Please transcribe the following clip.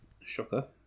Shocker